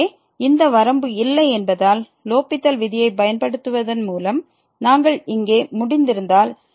எனவே இந்த வரம்பு இல்லை என்பதால் லோப்பித்தல் விதியைப் பயன்படுத்துவதன் மூலம் நாங்கள் இங்கே முடித்திருந்தால்